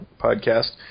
podcast